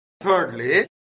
Thirdly